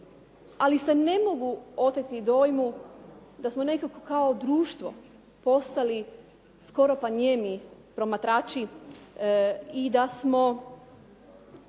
Ali se ne mogu oteti dojmu da smo nekako kao društvo postali skoro pa nijemi promatrači i da smo